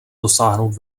dosáhnout